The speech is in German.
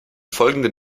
folgenden